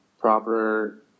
proper